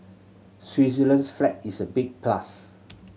Switzerland's flag is a big plus